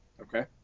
Okay